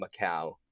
Macau